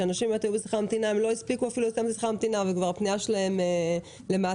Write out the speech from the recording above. שאנשים לא הספיקו להשיב והפנייה שלהם נסגרה,